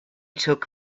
took